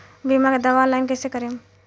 बीमा के दावा ऑनलाइन कैसे करेम?